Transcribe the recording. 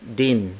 din